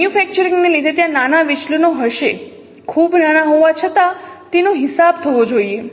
મેન્યુફેક્ચરિંગને લીધે ત્યાં નાના વિચલનો હશે ખૂબ નાના હોવા છતાં તેનો હિસાબ થવો જોઈએ